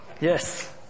Yes